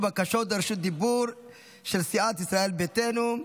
בקשות רשות דיבור של סיעת ישראל ביתנו.